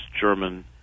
German